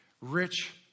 rich